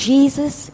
Jesus